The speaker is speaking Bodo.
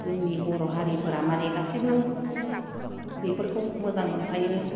जोंनि बर' हारिफोरा माने गासिबो बेफोरखौ मोजां मोनखायो